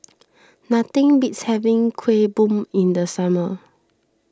nothing beats having Kuih Bom in the summer